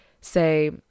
say